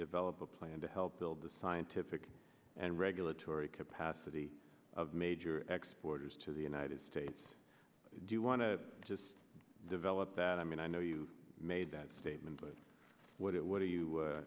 develop a plan to help build the scientific and regulatory capacity of major exporters to the united states do you want to just develop that i mean i know you made that statement but what it what do you